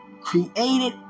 Created